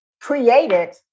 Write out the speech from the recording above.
created